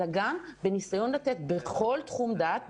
אלא גם בניסיון לתת בכל תחום דעת.